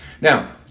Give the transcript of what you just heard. Now